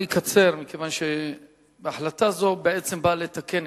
יציג את הצעת החוק חבר הכנסת יצחק וקנין,